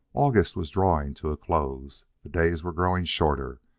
august was drawing to a close, the days were growing shorter,